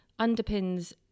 underpins